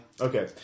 Okay